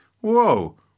Whoa